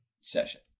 session